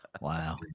Wow